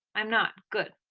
i'm not, good.